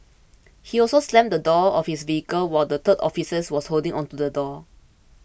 he also slammed the door of his vehicle while the third officer was holding onto the door